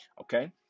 okay